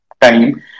time